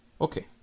Okay